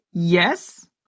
yes